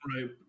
Right